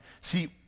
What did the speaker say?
See